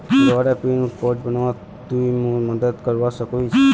दोबारा pin code बनवात तुई मोर मदद करवा सकोहिस?